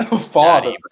Father